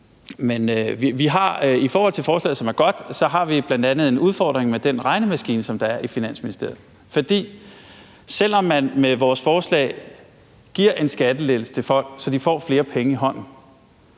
har i forhold til forslaget, som er godt, bl.a. en udfordring med den regnemaskine, som bruges i Finansministeriet, for selv om man med vores forslag giver en skattelettelse til folk, så de får flere penge i hånden,